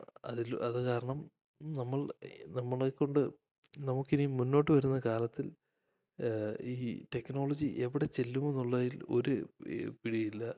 അതിൽ അത് കാരണം നമ്മൾ നമ്മളെ കൊണ്ട് നമുക്ക് ഇനി മുന്നോട്ട് വരുന്ന കാലത്തിൽ ഈ ടെക്നോളജി എവിടെച്ചെല്ലും എന്ന് ഉള്ളതിൽ ഒരു പിടിയില്ല